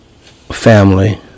family